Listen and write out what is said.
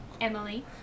Emily